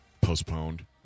Postponed